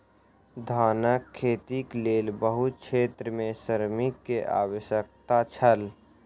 धानक खेतीक लेल बहुत क्षेत्र में श्रमिक के आवश्यकता छल